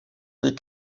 les